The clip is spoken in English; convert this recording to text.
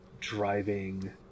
driving